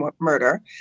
murder